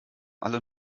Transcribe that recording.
alle